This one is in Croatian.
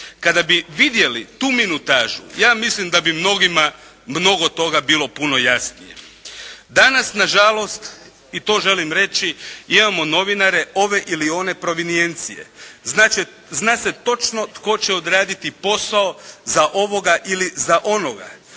Kada bi vidjeli tu minutažu ja mislim da bi mnogima mnogo toga bilo puno jasnije. Danas nažalost i to želim reći imamo novinare ove ili one provenijencije. Zna se točno tko će odraditi posao za ovoga ili za onoga.